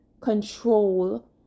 control